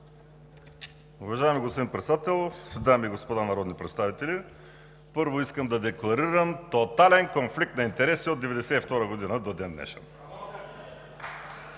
Уважаеми господин Председател, дами и господа народни представители! Първо, искам да декларирам тотален конфликт на интереси от 1992 г. до ден-днешен.